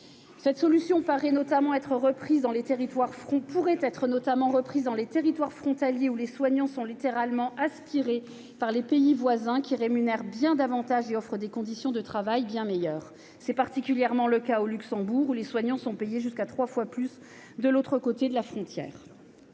Cette solution pourrait notamment être reprise dans les territoires frontaliers, où les soignants sont littéralement « aspirés » par les pays voisins qui rémunèrent davantage et offrent des conditions de travail bien meilleures. C'est particulièrement le cas au Luxembourg, où les soignants sont payés jusqu'à trois fois plus de l'autre côté de la frontière.